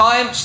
Time